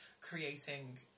creating